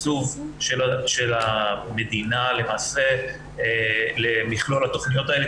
תקצוב של המדינה למעשה למכלול התכניות האלה,